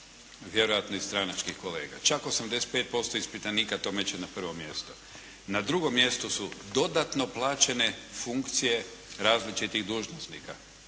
vjerojatno i stranačkih kolega. Čak 85% ispitanika to meće na prvo mjesto. Na drugom mjestu su dodatno plaćene funkcije različitih dužnosnika.